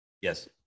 Yes